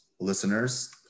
listeners